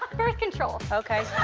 birth control. ok.